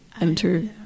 enter